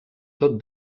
tot